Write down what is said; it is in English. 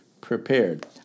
prepared